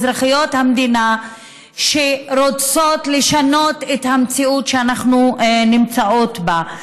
אזרחיות המדינה שרוצות לשנות את המציאות שאנחנו נמצאות בה.